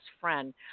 friend